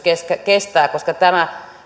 kestää koska tämä